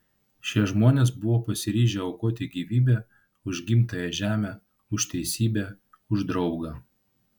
šie žmonės buvo pasiryžę aukoti gyvybę už gimtąją žemę už teisybę už draugą